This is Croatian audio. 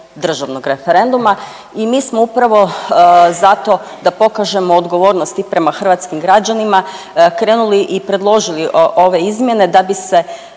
državnog referenduma i mi smo upravo za to da pokažemo odgovornost i prema hrvatskih građanima, krenuli i predložili ove izmjene da bi se